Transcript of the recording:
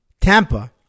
Tampa